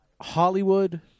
Hollywood